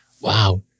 Wow